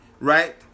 Right